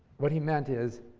what he meant is,